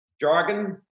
jargon